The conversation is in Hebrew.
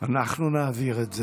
אנחנו נעביר את זה.